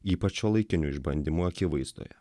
ypač šiuolaikinių išbandymų akivaizdoje